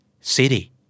City